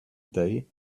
day